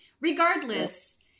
Regardless